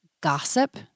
gossip